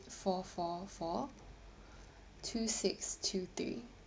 four four four two six two three